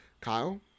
kyle